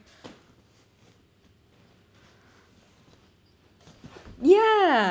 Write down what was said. yeah